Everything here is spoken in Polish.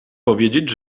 powiedzieć